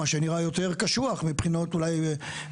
מה שנראה יותר קשוח אולי מבחינות חוקתיות,